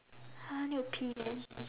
I need to pee man